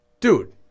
Dude